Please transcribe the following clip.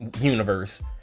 universe